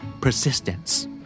Persistence